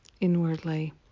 inwardly